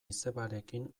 izebarekin